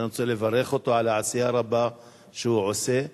ואני רוצה לברך אותו על העשייה הרבה שהוא עושה,